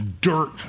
dirt